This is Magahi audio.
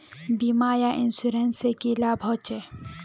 बीमा या इंश्योरेंस से की लाभ होचे?